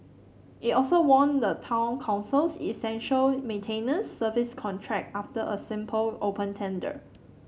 it also won the Town Council's essential maintenance service contract after a simple open tender